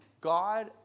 God